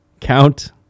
count